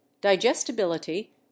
digestibility